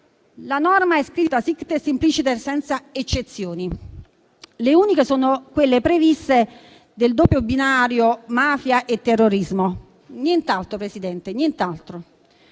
la norma è scritta *sic et simpliciter*, senza eccezioni. Le uniche sono quelle previste del doppio binario mafia e terrorismo; nient'altro, Presidente. Noi, tra